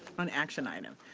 on action item.